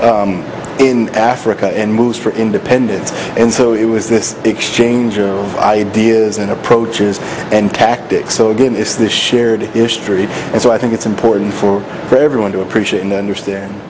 in africa and moves for independence and so it was this exchange of ideas and approaches and tactics so again it's the shared history and so i think it's important for everyone to appreciate and understand